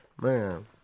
man